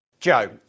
Joe